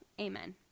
Amen